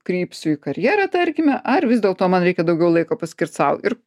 krypsiu į karjerą tarkime ar vis dėlto man reikia daugiau laiko paskirti sau ir